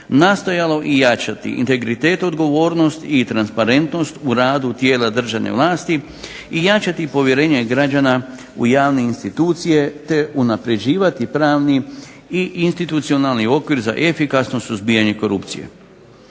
nastojalo i jačati integritet, odgovornost i transparentnost u radu tijela državne vlasti i jačati povjerenje građana u javne institucije te unapređivati pravni i institucionalni okvir za efikasno suzbijanje korupcije.